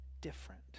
different